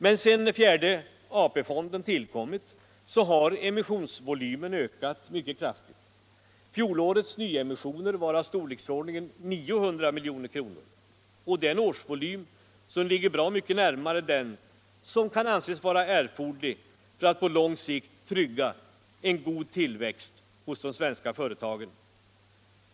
Men sedan den fjärde AP-fonden tillkommit har emissionsvolymen ökat mycket kraftigt. Fjolårets nyemissioner var av storleksordningen 900 milj.kr., och det är en årsvolym som ligger bra mycket närmare den som kan anses vara erforderlig för att på lång sikt trygga en god tillväxt hos de svenska företagen.